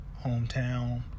hometown